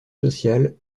social